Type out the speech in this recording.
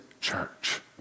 church